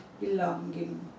belonging